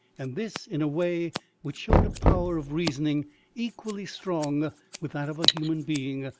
and this in a way which showed a power of reasoning equally strong with that of a human being,